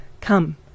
come